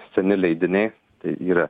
seni leidiniai tai yra